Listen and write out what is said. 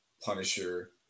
Punisher